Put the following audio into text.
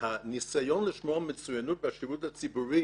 שהניסיון לשמור על מצוינות בשירות הציבורי